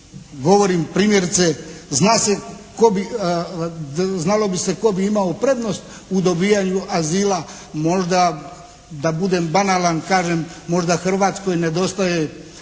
tko bi, znalo bi se tko bi imao prednost u dobijanju azila, možda da budem banalan kažem možda Hrvatskoj nedostaje